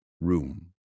room